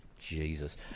Jesus